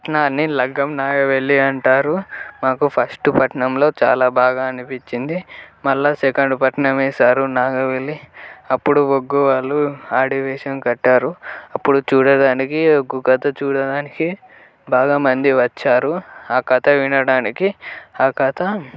పట్నాన్ని లగ్గం నాగవెల్లి అంటారు మాకు ఫస్ట్ పట్నంలో చాలా బాగా అనిపించింది మళ్ళీ సెకెండ్ పట్నం వేసారు నాగవెల్లి అప్పుడు ఒగ్గు వాళ్ళు ఆడవేషం కట్టారు అప్పుడు చూడడానికి ఒగ్గు కథ చూడడానికి బాగా మంది వచ్చారు ఆ కథ వినడానికి ఆ కథ